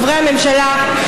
חברי הממשלה,